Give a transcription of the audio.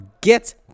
get